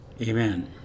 amen